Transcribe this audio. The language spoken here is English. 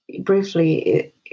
briefly